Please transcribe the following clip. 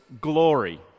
glory